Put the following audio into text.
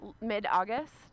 mid-August